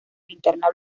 linterna